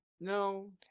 no